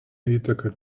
įteka